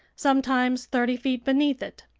sometimes thirty feet beneath it.